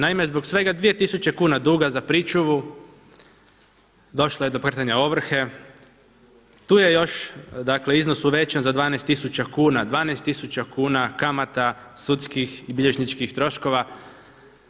Naime, zbog svega dvije tisuće kuna za pričuvu došlo je do pokretanja ovrhe, tu je još u iznosu većem za 12 tisuća kuna, 12 tisuća kuna kamata sudskih i bilježničkih troškova.